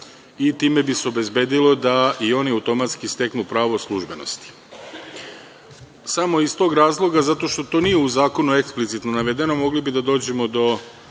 i time bi se obezbedilo da i oni automatski steknu pravo službenosti. Samo iz tog razloga, zato što to nije u zakonu eksplicitno navedeno, mogli bi da dođemo do